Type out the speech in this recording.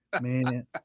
Man